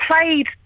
played